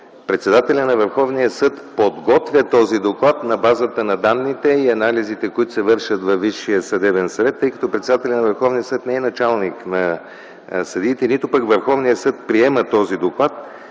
председателят на Върховния съд подготвя този доклад на базата на данните и анализите, които се вършат във Висшия съдебен съвет, тъй като председателят на Върховния съд не е началник на съдиите, нито пък Върховният съд приема този доклад.